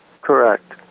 Correct